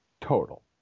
total